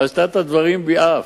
עשתה את הדברים ביעף.